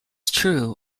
true